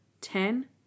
Ten